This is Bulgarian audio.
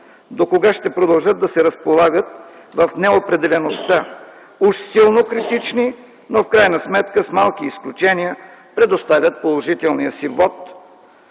докога ще продължат да се разполагат в неопределеността - уж силно критични, но в крайна сметка, с малки изключения, предоставят положителния си вот